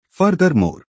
Furthermore